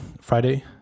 friday